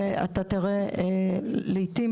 ואתה תראה לעיתים,